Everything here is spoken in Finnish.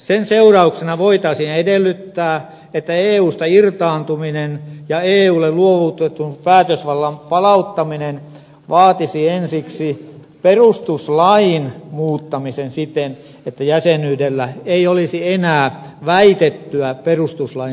sen seurauksena voitaisiin edellyttää että eusta irtautuminen ja eulle luovutetun päätösvallan palauttaminen vaatisi ensiksi perustuslain muuttamisen siten että jäsenyydellä ei olisi enää väitettyä perustuslain suojaa